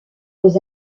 aux